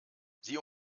sie